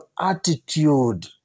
attitude